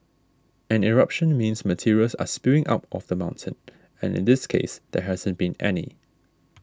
an eruption means materials are spewing out of the mountain and in this case there hasn't been any